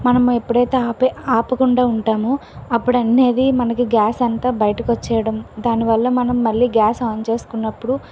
మనం ఎప్పుడైతే ఆపే ఆపకుండా ఉంటామో అప్పుడు అన్ని అది మనకి గ్యాస్ అంతా బయటకొచ్చేయడం దానివల్ల మనం మళ్ళీ గ్యాస్ ఆన్ చేసుకున్నప్పుడు